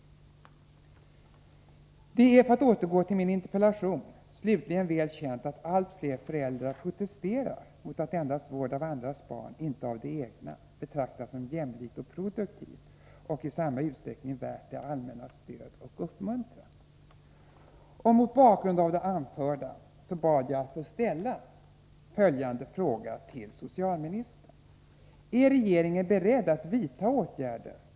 Det är — för att återgå till min interpellation — också väl känt att allt fler föräldrar protesterar mot att endast vård av andras barn, inte av egna, betraktas som jämlik och produktiv och i samma utsträckning värd det allmännas stöd och uppmuntran.